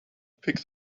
picked